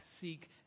seek